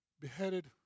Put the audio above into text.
beheaded